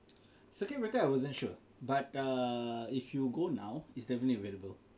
circuit breaker I wasn't sure but err if you go now it's definitely available